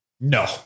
no